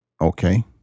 okay